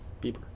Bieber